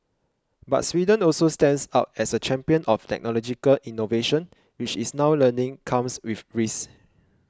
but Sweden also stands out as a champion of technological innovation which it's now learning comes with risks